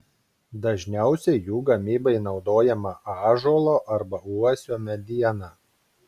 dažniausiai jų gamybai naudojama ąžuolo arba uosio mediena